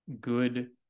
good